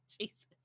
Jesus